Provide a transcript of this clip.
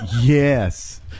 Yes